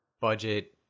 budget